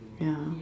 ya